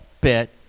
bit